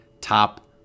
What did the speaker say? top